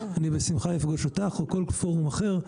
אני אפגוש אותך בשמחה או כל פורום אחר.